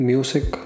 Music